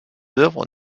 œuvres